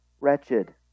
wretched